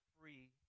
free